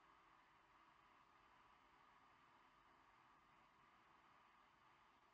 no okay